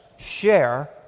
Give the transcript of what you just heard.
share